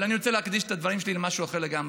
אבל אני רוצה להקדיש את הדברים שלי למשהו אחר לגמרי.